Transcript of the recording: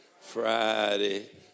Friday